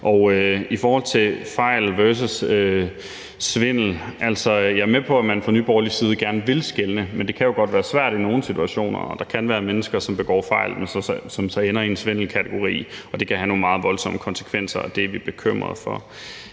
Og i forhold til fejl versus svindel vil jeg sige, at jeg er med på, at man fra Nye Borgerliges side gerne vil skelne, men det kan jo godt være svært i nogle situationer, og der kan være mennesker, der begår fejl, som så ender i en svindelkategori, og det kan have nogle meget voldsomme konsekvenser, og det er vi bekymret for.